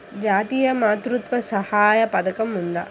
జాతీయ మాతృత్వ సహాయ పథకం ఉందా?